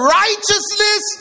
righteousness